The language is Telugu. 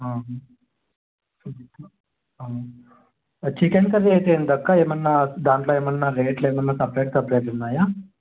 చికెన్ కర్రీ అయితే ఎంత అక్క ఏమైనా దాంట్లో ఏమైనా రేట్లు ఏమైనా సపరేట్ సపరేట్ ఉన్నాయా